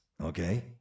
okay